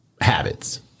habits